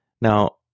Now